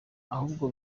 ahubwo